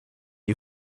you